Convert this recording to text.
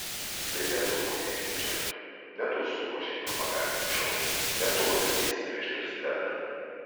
tai ne tu vogei iš biudžeto ne tu suruošei propagandinį šou ne tu lanksteisi prieš prezidentą